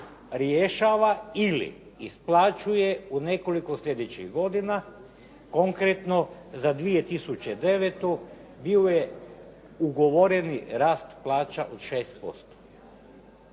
rješava ili isplaćuje u nekoliko sljedećih godina, konkretno za 2009. bio je ugovoreni rast plaća od 6%.